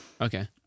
Okay